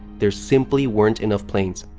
there simply weren't enough planes.